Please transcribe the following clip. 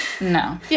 No